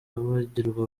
bagirwa